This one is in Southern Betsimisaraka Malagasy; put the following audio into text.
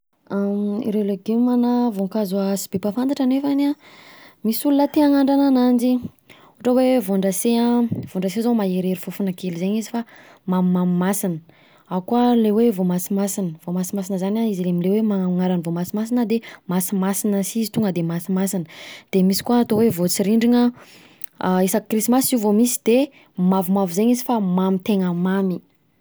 Ireo legioma na voankazo tsy be mpafantatra nefany an, misy olona te hanandrana ananjy, ohatra hoe voandrafia, vaondrafia zao mahery fofona kely izy fa: mamimamy masina, ao koa le hoe: voamasimasina zany izy le amin'ny le hoe: anarany voamasimasina de masimasina si izy tonga de masimasina, de misy koa ny ato hoe voasirindrina isaky krisimasy izy io vao misy de mavomavo zegny izy fa mamy tegna mamy.